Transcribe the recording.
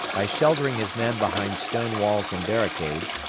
by sheltering his men behind stone walls and barricades,